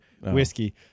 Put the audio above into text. whiskey